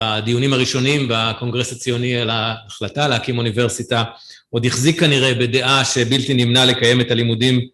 הדיונים הראשונים והקונגרס הציוני על ההחלטה להקים אוניברסיטה, עוד החזיק כנראה בדעה שבלתי נמנע לקיים את הלימודים.